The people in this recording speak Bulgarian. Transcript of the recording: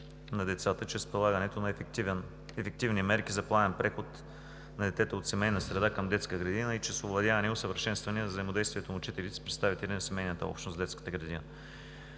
на децата чрез прилагането на ефективни мерки за плавен преход на детето от семейна среда към детска градина и чрез овладяване и усъвършенстване взаимодействието на учителите с представители на семейната общност в детската градина.